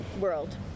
world